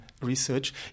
research